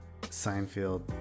seinfeld